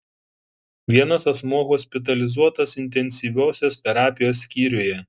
vienas asmuo hospitalizuotas intensyviosios terapijos skyriuje